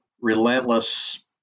relentless